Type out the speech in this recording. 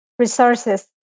Resources